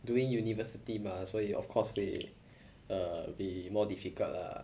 doing university mah 所以 of course they err they more difficult lah